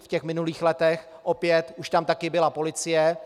V minulých letech opět už tam taky byla policie.